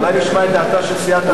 אולי נשמע את דעתה של סיעת העצמאות.